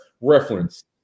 reference